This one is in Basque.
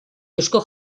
eusko